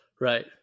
Right